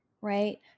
right